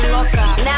Now